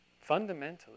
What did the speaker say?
fundamentally